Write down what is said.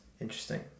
interesting